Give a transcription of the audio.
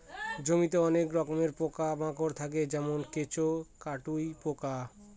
জমিতে অনেক রকমের পোকা মাকড় থাকে যেমন কেঁচো, কাটুই পোকা